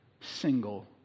single